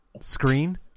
screen